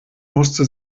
musste